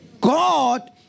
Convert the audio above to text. God